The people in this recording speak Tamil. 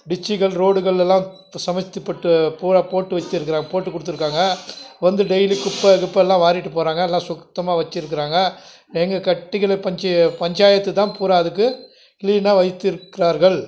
டிச்சிகள் ரோடுகள் எல்லாம் இப்போ சமைத்துப்பட்டு பூரா போட்டு வச்சிருக்கிறா போட்டுக் கொடுத்துருக்காங்க வந்து டெய்லி குப்பை கிப்பைல்லாம் வாரிட்டு போகிறாங்க எல்லாம் சுத்தமாக வச்சிருக்கிறாங்க எங்கள் கட்டிக்கலுப் பஞ்சு பஞ்சாயத்து தான் பூரா அதுக்கு கிளீனாக வைத்திருக்கிறார்கள்